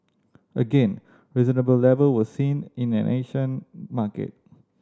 again reasonable level were seen in an Asian market